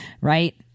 Right